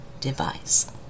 device